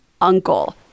uncle